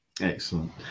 excellent